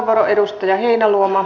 arvoisa puhemies